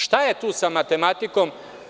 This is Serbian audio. Šta je tu sa matematikom.